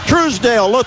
Truesdale